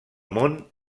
món